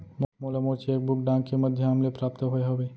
मोला मोर cheque book डाक के मध्याम ले प्राप्त होय हवे